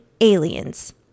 aliens